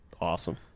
Awesome